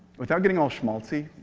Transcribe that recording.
without getting all schmaltzy,